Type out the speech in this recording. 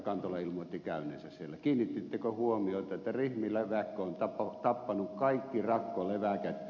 kantola ilmoitti käyneensä siellä kiinnitittekö huomiota että rihmaleväkkö on tappanut kaikki rakkoleväköt